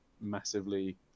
massively